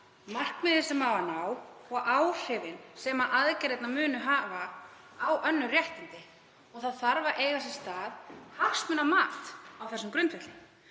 markmiðið sem á að ná og áhrifin sem aðgerðirnar munu hafa á önnur réttindi. Það þarf að eiga sér stað hagsmunamat á þessum grundvelli.